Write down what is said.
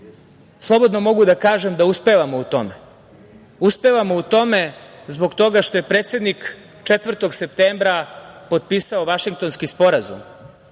građane. Slobodno mogu da kažem da uspevamo u tome. Uspevamo u tome zbog toga što je predsednik 4. septembra potpisao Vašingtonski sporazum,